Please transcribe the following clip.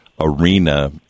arena